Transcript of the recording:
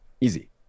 Easy